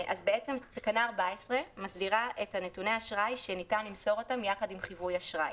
תקנה 14 מסדירה את נתוני האשראי שניתן למסור יחד עם חיווי אשראי.